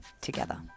together